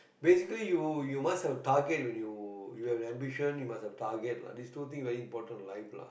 basically you you must have a target when you you have the ambition you must have target lah these two things very important in life lah